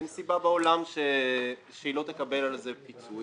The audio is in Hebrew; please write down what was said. אין סיבה בעולם שהיא לא תקבל על זה פיצוי,